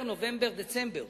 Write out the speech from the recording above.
נובמבר, דצמבר